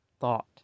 thought